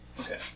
Okay